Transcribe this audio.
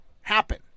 happen